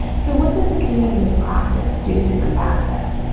so what does the community of practice do to combat this,